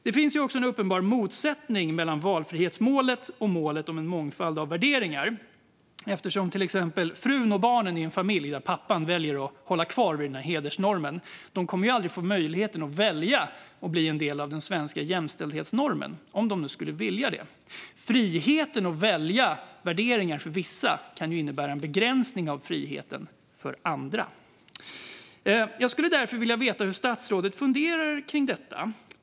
Det finns också en uppenbar motsättning mellan valfrihetsmålet och målet om en mångfald av värderingar, eftersom till exempel frun och barnen i en familj där pappan väljer att hålla fast vid hedersnormen aldrig kommer att få möjlighet att välja att bli en del av den svenska jämställdhetsnormen, om de nu skulle vilja det. Friheten att välja värderingar kan ju innebära att vissas val innebär en begränsning av friheten för andra. Jag skulle därför vilja veta hur statsrådet funderar kring detta.